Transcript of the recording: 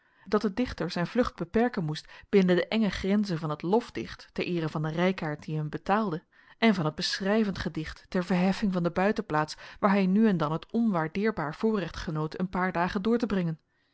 dat de dichter zijn vlucht beperken moest binnen de enge grenzen van het lofdicht ter eere van den rijkaard die hem betaalde en van het beschrijvend gedicht ter verheffing van de buitenplaats waar hij nu en dan het onwaardeerbaar voorrecht genoot een paar dagen door te brengen